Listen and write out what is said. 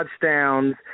touchdowns